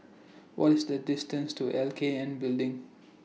What IS The distance to L K N Building